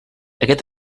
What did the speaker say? aquest